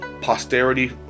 posterity